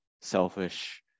selfish